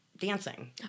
dancing